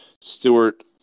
Stewart